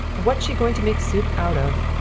what's she going to make soup out of?